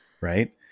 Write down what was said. Right